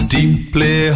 Deeply